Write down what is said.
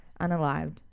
unalived